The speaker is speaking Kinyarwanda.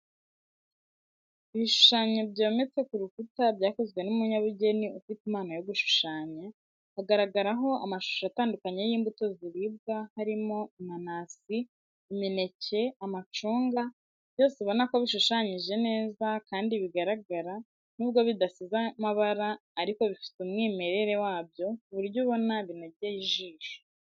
Ibisushanyo byometse ku rukuta byakozwe n'umunyabugeni ufite impano yo gushushanya, hagaragaraho amashusho atandukanye y'imbuto ziribwa harimo inanasi, imineke, amacunga byose ubona ko bishushanyije neza kandi bigaragara nubwo bidasize amabara ariko bifite umwimerere wabyo ku buryo ubona binogeye ijisho.